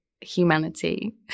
humanity